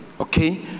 Okay